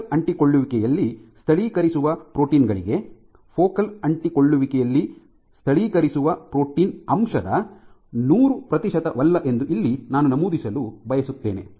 focal ಅಂಟಿಕೊಳ್ಳುವಿಕೆಯಲ್ಲಿ ಸ್ಥಳೀಕರಿಸುವ protein ಗಳಿಗೆ ಫೋಕಲ್ ಅಂಟಿಕೊಳ್ಳುವಿಕೆಯಲ್ಲಿ ಸ್ಥಳೀಕರಿಸುವ ಪ್ರೋಟೀನ್ ಅಂಶದ ನೂರು ಪ್ರತಿಶತವಲ್ಲ ಎಂದು ಇಲ್ಲಿ ನಾನು ನಮೂದಿಸಲು ಬಯಸುತ್ತೇನೆ